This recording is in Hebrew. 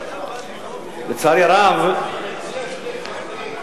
לצערי הרב, אני מציע שתחכה.